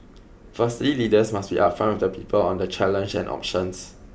firstly leaders must be upfront with the people on the challenges and options